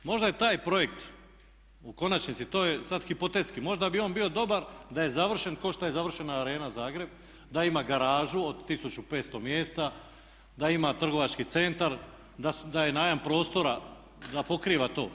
Možda je taj projekt u konačnici, to je sad hipotetski, možda bi on bio dobar da je završen kao što je završena Arena Zagreb, da ima garažu od 1500 mjesta, da ima trgovački centar, da je najam prostora da pokriva to.